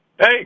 Hey